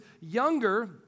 younger